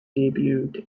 debut